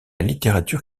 littérature